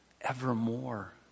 evermore